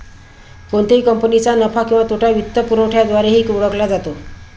कोणत्याही कंपनीचा नफा किंवा तोटा वित्तपुरवठ्याद्वारेही ओळखला जातो